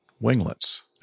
winglets